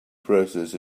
process